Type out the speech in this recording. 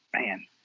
Man